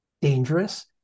dangerous